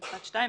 בפרט 2,